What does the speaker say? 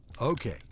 Okay